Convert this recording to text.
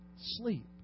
sleep